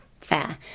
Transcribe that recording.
fair